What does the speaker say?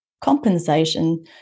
compensation